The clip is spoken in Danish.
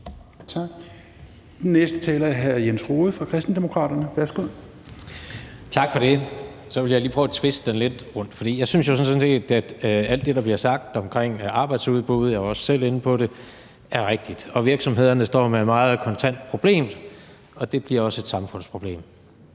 næste taler er hr. Jens Rohde fra Kristendemokraterne. Værsgo. Kl. 17:08 Jens Rohde (KD): Tak for det. Så vil jeg lige prøve at tviste den lidt rundt, for jeg synes jo sådan set, at alt det, der bliver sagt, omkring arbejdsudbuddet – jeg var også selv inde på det – er rigtigt, og virksomhederne står med et meget kontant problem, og det bliver også et samfundsproblem.